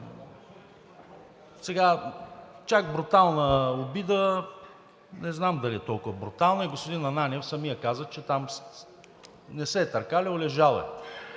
Чак брутална обида – не знам дали е толкова брутална. Господин Ананиев самият каза, че там не се е търкалял – лежал